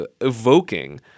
evoking